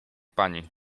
pani